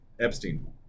epstein